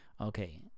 Okay